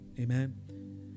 Amen